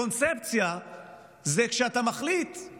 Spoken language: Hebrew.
קונספציה זה כשאתה מחליט על